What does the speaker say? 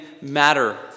matter